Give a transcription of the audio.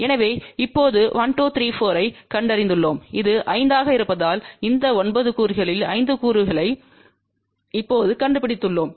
எனவே இப்போது 1 2 3 4 ஐக் கண்டறிந்துள்ளோம் இது 5 ஆக இருப்பதால் இந்த 9 கூறுகளில் 5 கூறுகளை இப்போது கண்டுபிடித்துள்ளோம்